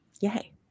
Yay